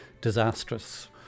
disastrous